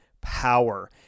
Power